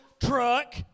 Truck